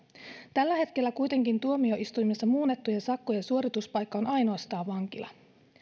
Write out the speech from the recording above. tällä hetkellä kuitenkin tuomioistuimessa muunnettujen sakkojen suorituspaikka on ainoastaan vankila